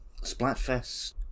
Splatfest